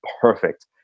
perfect